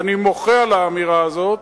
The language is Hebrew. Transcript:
ואני מוחה על האמירה הזאת,